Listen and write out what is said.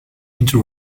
into